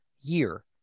year